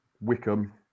Wickham